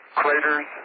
craters